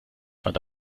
fand